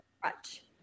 crutch